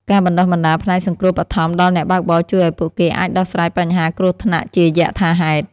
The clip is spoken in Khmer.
ការបណ្តុះបណ្តាលផ្នែកសង្គ្រោះបឋមដល់អ្នកបើកបរជួយឱ្យពួកគេអាចដោះស្រាយបញ្ហាគ្រោះថ្នាក់ជាយថាហេតុ។